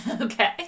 Okay